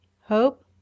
hope